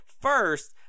first